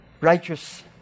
righteous